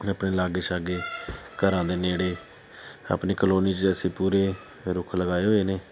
ਆਪਣੇ ਲਾਗੇ ਛਾਗੇ ਘਰਾਂ ਦੇ ਨੇੜੇ ਆਪਣੀ ਕਲੋਨੀ 'ਚ ਅਸੀਂ ਪੂਰੇ ਰੁੱਖ ਲਗਾਏ ਹੋਏ ਨੇ